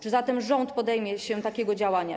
Czy zatem rząd podejmie się takiego działania?